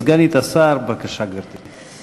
סגנית השר, בבקשה, גברתי.